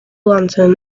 lantern